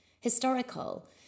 historical